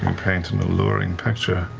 um paint an alluring picture,